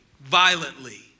violently